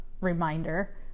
reminder